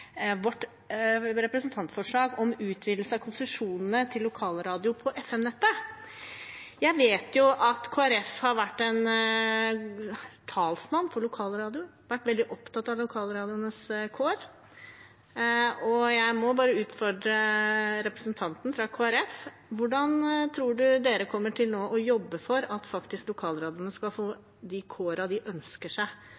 vårt representantforslag om utvidelse av konsesjonene til lokalradio på FM-nettet. Jeg vet at Kristelig Folkeparti har vært en talsmann for lokalradioer og har vært veldig opptatt av lokalradioenes kår, og jeg må bare utfordre representanten fra Kristelig Folkeparti: Hvordan tror han Kristelig Folkeparti nå kommer til å jobbe for at faktisk lokalradioene skal